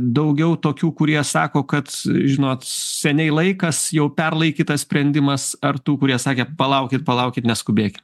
daugiau tokių kurie sako kad žinot seniai laikas jau perlaikytas sprendimas ar tų kurie sakė palaukit palaukit neskubėki